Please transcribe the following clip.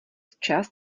čas